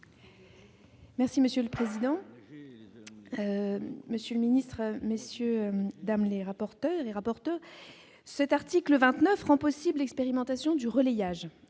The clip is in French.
Merci monsieur le président, Monsieur le ministre, messieurs dames les rapports. Les rapporteurs cet article 29 rend possible l'expérimentation du relayent